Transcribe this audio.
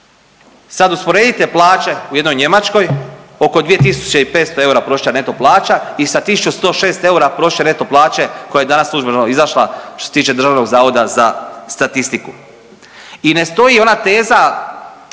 Sad usporedite plaće u jednoj Njemačkoj, oko 2.500 eura prosječna neto plaća i sa 1.106 eura prosječne neto plaće koja je danas službeno izašla što se tiče DZS. I ne stoji ona teza